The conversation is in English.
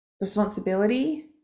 responsibility